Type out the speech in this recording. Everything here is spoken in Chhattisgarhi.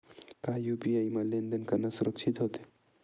का यू.पी.आई म लेन देन करना सुरक्षित होथे?